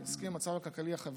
מתעסקים עם המצב הכלכלי-החברתי,